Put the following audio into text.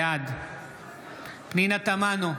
בעד פנינה תמנו,